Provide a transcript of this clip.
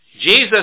Jesus